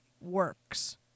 works